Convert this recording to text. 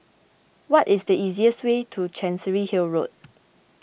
what is the easiest way to Chancery Hill Road